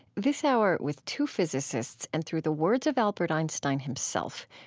this hour, with two physicists and through the words of albert einstein himself,